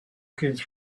his